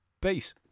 Peace